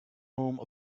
home